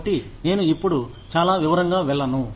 కాబట్టి నేను ఇప్పుడు చాలా వివరంగా వెళ్ళను